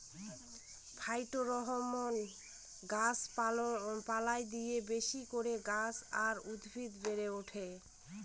phytohormone গাছ পালায় দিলে বেশি করে গাছ আর উদ্ভিদ বেড়ে ওঠে